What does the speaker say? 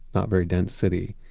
not very dense city,